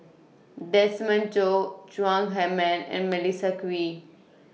Desmond Choo Chong Heman and Melissa Kwee